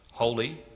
Holy